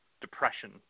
depression